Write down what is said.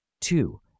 Two